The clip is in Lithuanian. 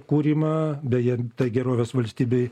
kūrimą beje gerovės valstybei